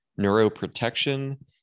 neuroprotection